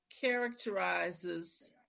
characterizes